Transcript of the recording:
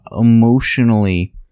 emotionally